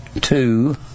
two